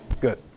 Good